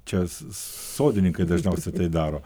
čias sodininkai dažniausiai tai daro